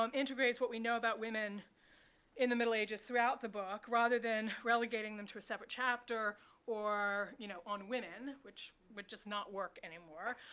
um integrates what we know about women in the middle ages throughout the book rather than relegating them to a separate chapter you know on women, which would just not work anymore,